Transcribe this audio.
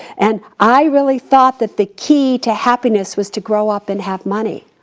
and i really thought that the key to happiness was to grow up and have money.